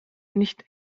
nicht